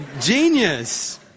genius